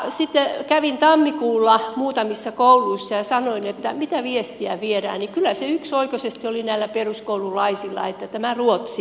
kun kävin tammikuulla muutamissa kouluissa ja kysyin että mitä viestiä viedään niin kyllä se yksioikoisesti oli näillä peruskoululaisilla että tämä ruotsi pois